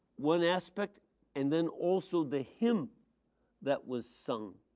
one aspect and then also the hymn that was sung.